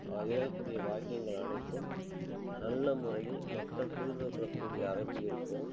வா எழுதக் கூடிய வாக்கியங்கள் அனைத்தும் நல்ல முறையில் மக்கள் புரிந்துக் கொள்ளக்கூடிய அளவில் இருக்கும்